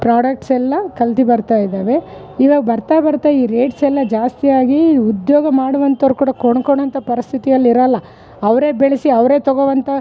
products ಎಲ್ಲ ಕಲ್ತು ಬರ್ತಾ ಇದಾವೆ ಇವಾಗ ಬರ್ತಾ ಬರ್ತಾ ಈ ರೇಟ್ಸ್ ಎಲ್ಲ ಜಾಸ್ತಿ ಆಗಿ ಉದ್ಯೋಗ ಮಾಡುವಂಥವ್ರು ಕೂಡ ಕೊಂಡ್ಕೊನೋ ಅಂತ ಪರಿಸ್ಥಿತಿಯಲ್ಲಿ ಇರಲ್ಲ ಅವರೇ ಬೆಳೆಸಿ ಅವರೇ ತಗೋವಂಥ